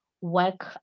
work